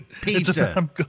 Pizza